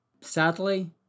sadly